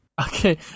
Okay